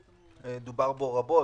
דובר בו רבות,